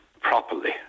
properly